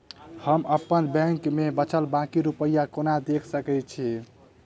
हम अप्पन बैंक मे बचल बाकी रुपया केना देख सकय छी?